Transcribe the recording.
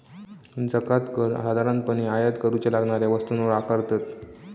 जकांत कर साधारणपणे आयात करूच्या लागणाऱ्या वस्तूंवर आकारतत